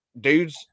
dudes